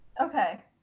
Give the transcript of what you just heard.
Okay